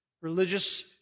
religious